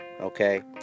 okay